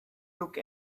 look